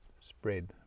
spread